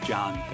John